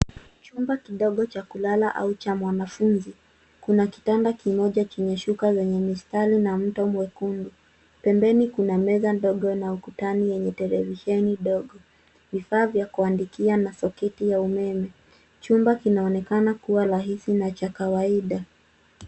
Chumba kidogo cha kulala au cha mwanafunzi. Kuna kitanda kimoja chenye shuka zenye mistari na mto mwekundu. Pembeni kuna meza ndogo na ukutani yenye televisheni ndogo, vifaa vya kuandikia na soketi ya umeme. Chumba kinaonekana kuwa rahisi na cha kawaida.